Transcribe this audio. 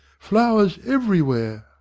flowers everywhere!